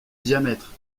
diamètre